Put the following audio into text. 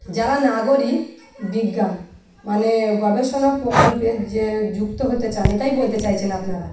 যারা নাগরিক বিজ্ঞান মানে গবেষণা প্রকল্পে যে যুক্ত হতে চান এটাই বলতে চাইছেন আপনারা